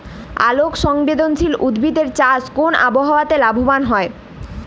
আলোক সংবেদশীল উদ্ভিদ এর চাষ কোন আবহাওয়াতে লাভবান হয়?